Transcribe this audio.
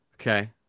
Okay